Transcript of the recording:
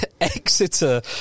Exeter